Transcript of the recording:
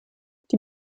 die